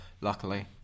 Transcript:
luckily